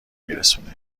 میرسونه